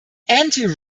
anti